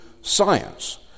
science